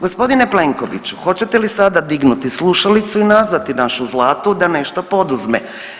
G. Plenkoviću, hoćete li sada dignuti slušalicu i nazvati našu Zlatu da nešto poduzme?